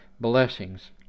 blessings